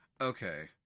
okay